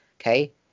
Okay